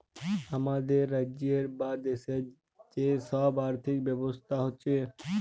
হামাদের রাজ্যের বা দ্যাশের যে সব আর্থিক ব্যবস্থা হচ্যে